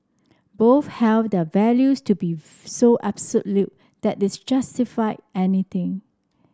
both held their values to be so absolute that it justified anything